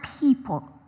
people